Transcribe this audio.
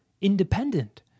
independent